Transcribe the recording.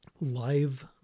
live